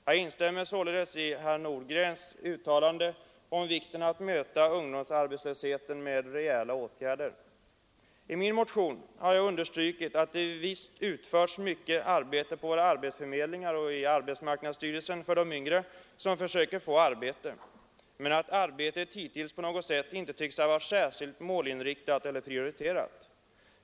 Jag instämmer således i herr Nordgrens uttalande om vikten av att möta ungdomsarbetslösheten med rejäla åtgärder. I min motion har jag understrukit att det visst utförts mycket arbete på våra arbetsförmedlingar och i arbetsmarknadsstyrelsen för de yngre som försöker få arbete, men att detta arbete hittills inte tycks ha varit särskilt målinriktat eller prioriterat.